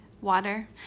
Water